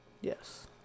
Yes